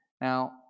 Now